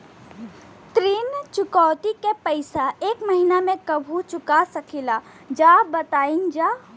ऋण चुकौती के पैसा एक महिना मे कबहू चुका सकीला जा बताईन जा?